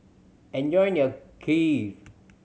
enjoy your Kheer